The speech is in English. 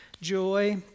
joy